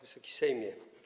Wysoki Sejmie!